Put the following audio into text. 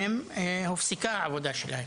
אמרו לי ש-2,000 אנשים עוסקים בתחום הזה.